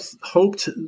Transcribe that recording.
hoped